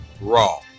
raw